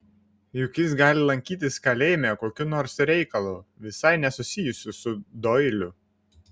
juk jis gali lankytis kalėjime kokiu nors reikalu visai nesusijusiu su doiliu